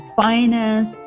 finance